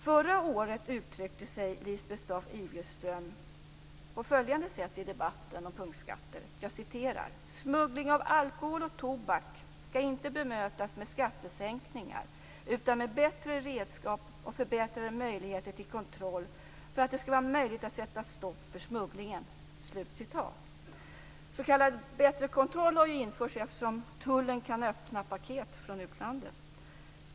Förra året uttryckte sig Lisbeth Staaf-Igelström på följande sätt i debatten om punktskatter: Smuggling av alkohol och tobak skall inte bemötas med skattesänkningar utan med bättre redskap och förbättrade möjligheter till kontroll för att det skall vara möjligt att sätta stopp för smugglingen. S.k. bättre kontroll har införts, eftersom tullen kan öppna paket från utlandet.